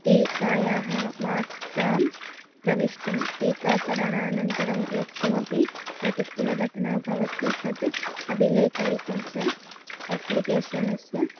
ते कायाः मात्रां प्रवेष्टुं टीकाकरणानन्तरं यत्किमपि प्रतिकूलघटना भवति तद् अवलोकयितुं च अप्लिकेशनस्य